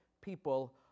people